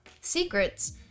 secrets